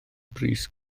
bris